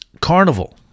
carnival